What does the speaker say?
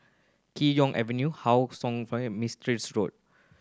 Kee Choe Avenue How fire Mistri Road